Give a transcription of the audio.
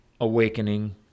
awakening